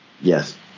Yes